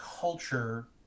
culture